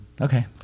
Okay